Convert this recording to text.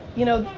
you know,